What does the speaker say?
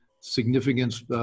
significance